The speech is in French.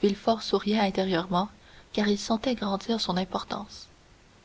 villefort souriait intérieurement car il sentait grandir son importance